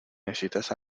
necesitas